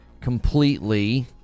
completely